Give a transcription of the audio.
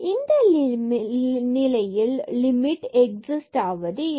இந்த நிலையில் limit exist ஆவது இல்லை